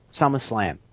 SummerSlam